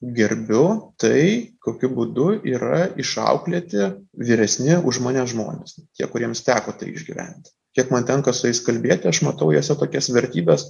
gerbiu tai kokiu būdu yra išauklėti vyresni už mane žmonės tie kuriems teko išgyventi kiek man tenka su jais kalbėti aš matau juose tokias vertybes